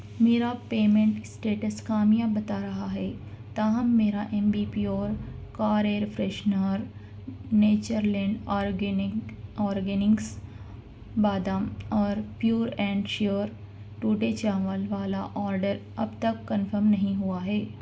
میرا payment status کامیاب بتا رہا ہے تاہم میرا Ambi Pur car air freshener Nature Land organic organics بادام اور پیور اینڈ شیور ٹوٹے چاول والا آرڈر اب تک کنفرم نہیں ہوا ہے